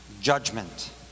judgment